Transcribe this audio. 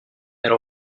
elle